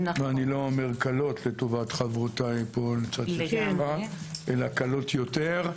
ואני לא אומר קלות לטובת חברותיי אלא קלות יותר,